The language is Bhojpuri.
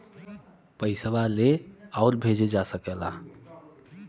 पइसवा ले आउर भेजे जा सकेला